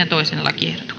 toiseen